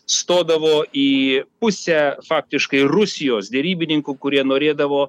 stodavo į pusę faktiškai rusijos derybininkų kurie norėdavo